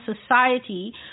society